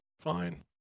fine